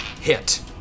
hit